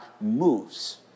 moves